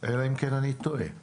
אלא אם כן אני טועה,